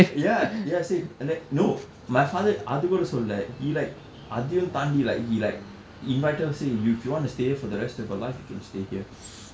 ya ya same and then no my father அதுக்குடா சொல்லல:athukkudaa sollala he like அதையும் தாண்டி:athayuum thandi like he like invite her say you if you want to stay here for the rest of your life you can stay here